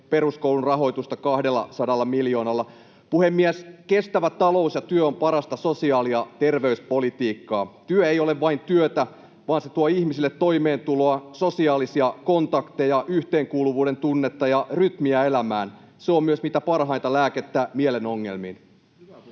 peruskoulun rahoitusta 200 miljoonalla. Puhemies! Kestävä talous ja työ on parasta sosiaali- ja terveyspolitiikkaa. Työ ei ole vain työtä, vaan se tuo ihmisille toimeentuloa, sosiaalisia kontakteja, yhteenkuuluvuuden tunnetta ja rytmiä elämään. Se on myös mitä parhainta lääkettä mielen ongelmiin.